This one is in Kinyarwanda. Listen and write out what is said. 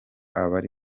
abari